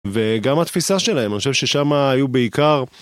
וגם התפיסה שלהם, אני חושב ששמה היו בעיקר...